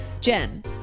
Jen